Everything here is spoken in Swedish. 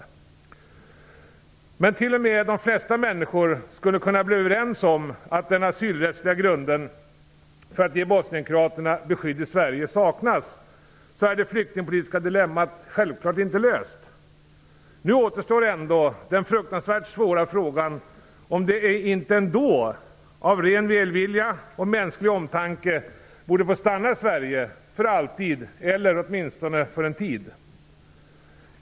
Men även om t.o.m. de flesta människor skulle kunna bli överens om att den asylrättsliga grunden för att man skall ge bosnienkroaterna skydd i Sverige saknas är det flyktingpolitiska dilemmat självfallet inte löst. Nu återstår den fruktansvärt svåra frågan om de inte ändå, av ren välvilja och mänsklig omtanke, borde få stanna i Sverige för alltid eller åtminstone för en tid.